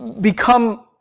become